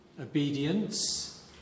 obedience